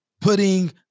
putting